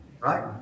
right